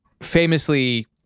famously